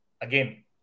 again